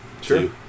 True